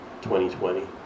2020